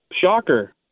shocker